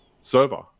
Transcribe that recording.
server